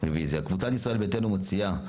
קבוצת ישראל ביתנו מציעה.